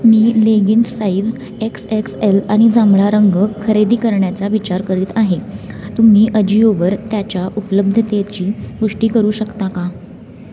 मी leggings size X X L आणि जांभळा रंग खरेदी करण्याचा विचार करीत आहे तुम्ही अजिओवर त्याच्या उपलब्धतेची पुष्टी करू शकता का